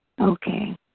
Okay